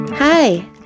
Hi